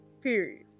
Period